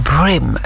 Brim